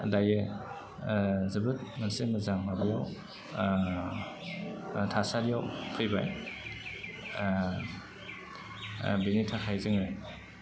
दायो जोबोद मोनसे मोजां माबायाव थासारियाव फैबाय बेनि थाखाय जोङो